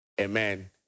Amen